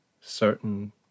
certain